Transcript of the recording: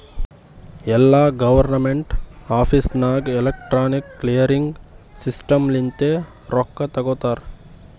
ಎಲ್ಲಾ government office ನಾಗ್ electronic clearing system ಲಿಂತೆ ರೊಕ್ಕಾ ತೊಗೋತಾರ